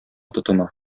тотына